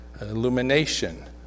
Illumination